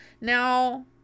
Now